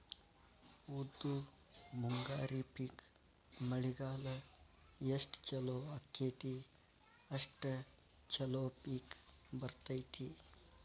ಉದ್ದು ಮುಂಗಾರಿ ಪಿಕ್ ಮಳಿಗಾಲ ಎಷ್ಟ ಚಲೋ ಅಕೈತಿ ಅಷ್ಟ ಚಲೋ ಪಿಕ್ ಬರ್ತೈತಿ